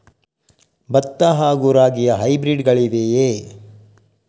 ಭತ್ತ ಹಾಗೂ ರಾಗಿಯ ಹೈಬ್ರಿಡ್ ಗಳಿವೆಯೇ?